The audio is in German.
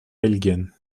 belgien